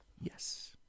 yes